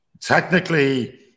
technically